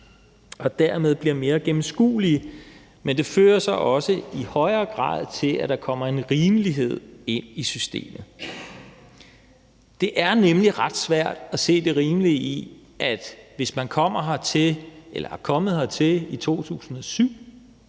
og dermed bliver mere gennemskuelige. Men det fører så også i højere grad til, at der kommer en rimelighed ind i systemet. Det er nemlig ret svært at se det rimelige i, at hvis man er kommet hertil i 2007,